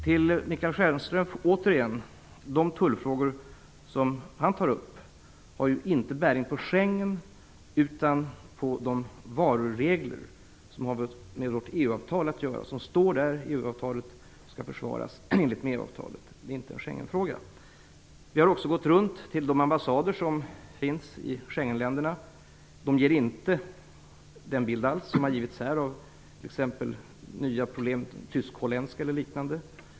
Till Michael Stjernström vill jag återigen säga att de tullfrågor som han tar upp inte har bäring på Schengen, utan på de varuregler som har med vårt EU-avtal att göra, vad som står där och skall försvaras enligt det. Det är inte en Schengenfråga. Vi har också gått runt till ambassaderna i Schengenländerna, och de har inte alls givit den bild som här har givits, t.ex. av nya problem, tysk-holländska och liknande.